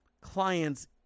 client's